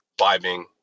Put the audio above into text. vibing